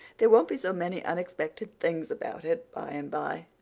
there won't be so many unexpected things about it by and by